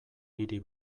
hiri